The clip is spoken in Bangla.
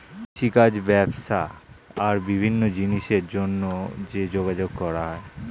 কৃষিকাজ, ব্যবসা আর বিভিন্ন জিনিসের জন্যে যে যোগাযোগ করা হয়